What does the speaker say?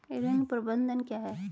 ऋण प्रबंधन क्या है?